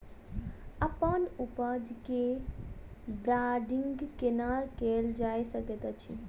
अप्पन उपज केँ ब्रांडिंग केना कैल जा सकैत अछि?